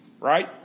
right